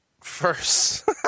First